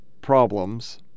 problems